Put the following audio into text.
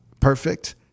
perfect